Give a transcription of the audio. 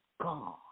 God